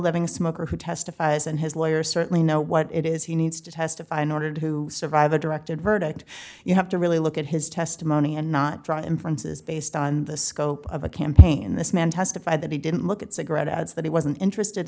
living smoker who testifies and his lawyer certainly know what it is he needs to testify in order to survive a directed verdict you have to really look at his testimony and not draw inferences based on the scope of a campaign this man testified that he didn't look at cigarette ads that he wasn't interested